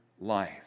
life